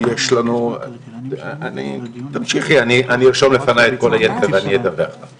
אני ארשום לפניי את כל היתר ואני אדווח לך.